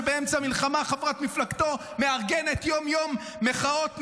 שבאמצע מלחמה חברת מפלגתו מארגנת יום-יום מחאות נגדו,